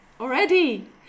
already